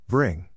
Bring